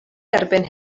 erbyn